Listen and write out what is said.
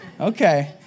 Okay